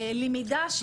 למידה.